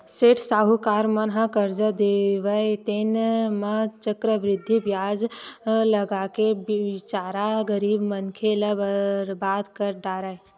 सेठ साहूकार मन ह करजा देवय तेन म चक्रबृद्धि बियाज लगाके बिचारा गरीब मनखे ल बरबाद कर डारय